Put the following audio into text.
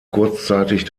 kurzzeitig